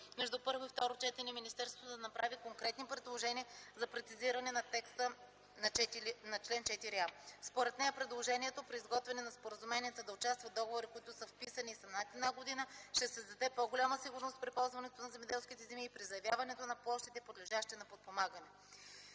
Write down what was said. между първо и второ четене министерството да направи конкретни предложения за прецизиране текста на чл. 4а. Според нея предложението, при изготвяне на споразуменията да участват договори, които са вписани и са над една година, ще създаде по-голяма сигурност при ползването на земеделските земи и при заявяването на площите подлежащи на подпомагане.